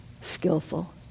skillful